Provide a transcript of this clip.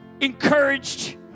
encouraged